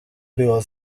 było